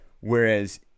Whereas